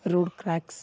road cracks